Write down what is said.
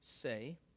say